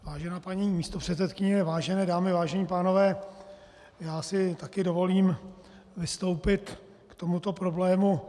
Vážená paní místopředsedkyně, vážené dámy, vážení pánové, já si také dovolím vystoupit k tomuto problému.